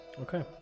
okay